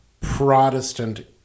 Protestant